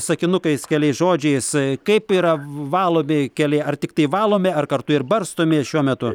sakinukais keliais žodžiais kaip yra valomi keliai ar tiktai valomi ar kartu ir barstomi šiuo metu